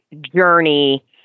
journey